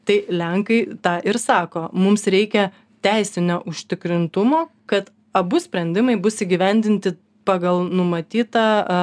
tai lenkai tą ir sako mums reikia teisinio užtikrintumo kad abu sprendimai bus įgyvendinti pagal numatytą